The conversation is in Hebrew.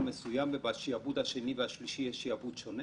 מסוים ובשעבוד השני והשלישי יש נוהל שונה